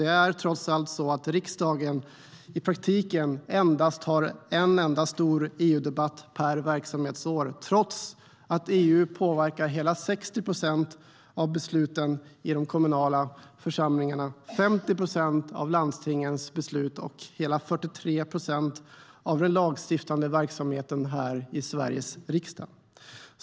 Det är trots allt så att riksdagen i praktiken endast har en enda stor EU-debatt per verksamhetsår trots att EU påverkar hela 60 procent av besluten i de kommunala församlingarna, 50 procent av landstingens beslut och hela 43 procent av den lagstiftande verksamheten här i Sveriges riksdag.